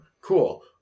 Cool